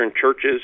churches